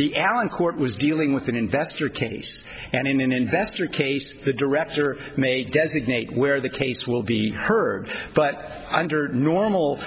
the allen court was dealing with an investor case and in an investor case the director may designate where the case will be heard but under normal